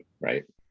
right